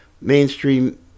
mainstream